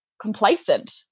complacent